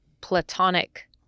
platonic